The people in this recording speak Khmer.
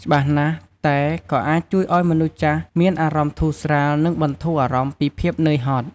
ច្បាស់ណាស់ តែក៏អាចជួយឱ្យមនុស្សចាស់មានអារម្មណ៍ធូរស្រាល និងបន្ធូរអារម្មណ៍ពីភាពនឿយហត់។